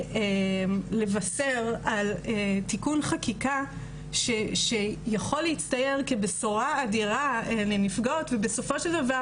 לבשר על תיקון חקיקה שיכול להצטייר כבשורה אדירה לנפגעות ובסופו של דבר